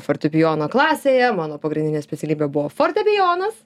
fortepijono klasėje mano pagrindinė specialybė buvo fortepijonas